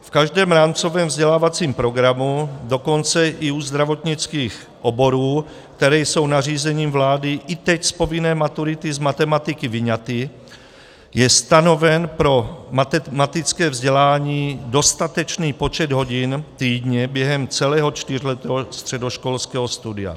V každém rámcovém vzdělávacím programu, dokonce i u zdravotnických oborů, které jsou nařízením vlády i teď z povinné maturity z matematiky vyňaty, je stanoven pro matematické vzdělání dostatečný počet hodin týdně během celého čtyřletého středoškolského studia.